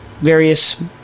various